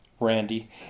Randy